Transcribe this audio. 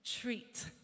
treat